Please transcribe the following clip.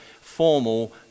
formal